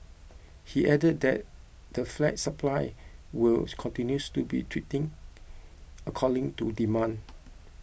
he added that the flat supply will continues to be according to demand